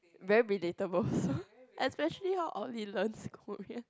very relatable also especially how all he learns is Korean